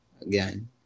again